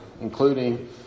including